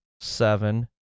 seven